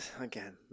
again